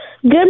Good